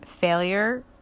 failure